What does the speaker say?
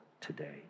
today